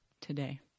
today